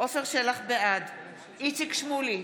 בעד איציק שמולי,